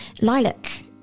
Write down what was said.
Lilac